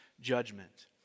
judgment